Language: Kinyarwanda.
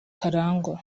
karangwa